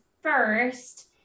first